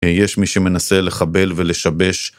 יש מי שמנסה לחבל ולשבש